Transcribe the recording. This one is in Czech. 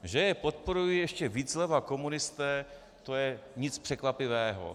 Že je podporují ještě víc zleva komunisté, to není nic překvapivého.